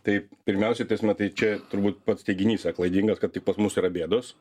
tai pirmiausia tai jis matai čia turbūt pats teiginys yra klaidingas kad tik pas mus yra bėdos